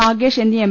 നാഗേഷ് എന്നീ എം